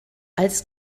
als